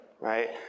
right